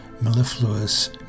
mellifluous